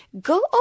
go